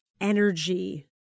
energy